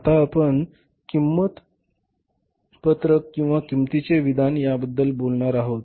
आता आपण किंमत पत्रक किंवा किंमतीचे विधान याबद्दल बोलणार आहोत